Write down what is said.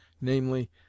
namely